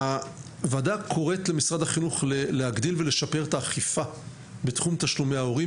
הוועדה קוראת למשרד החינוך להגדיל ולשפר את האכיפה בתחום תשלומי הורים,